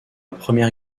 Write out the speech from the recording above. première